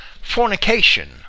fornication